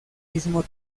mismo